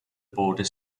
border